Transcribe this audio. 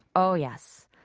oh, yes.